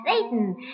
Satan